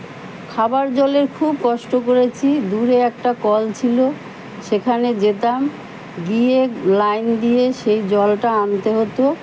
খাবার জলের খুব কষ্ট করেছি দূরে একটা কল ছিল সেখানে যেতাম গিয়ে লাইন দিয়ে সেই জলটা আনতে হতো